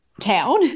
town